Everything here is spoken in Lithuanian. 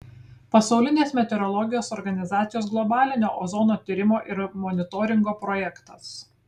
pasaulinės meteorologijos organizacijos globalinio ozono tyrimo ir monitoringo projektas